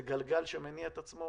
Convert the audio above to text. זה גלגל שמניע את עצמו.